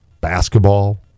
Basketball